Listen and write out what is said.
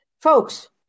folks